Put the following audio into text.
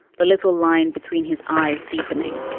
the little line between his eyes deepening.